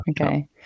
Okay